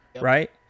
right